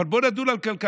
אבל בואו נדון על כלכלה,